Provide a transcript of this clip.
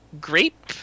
Grape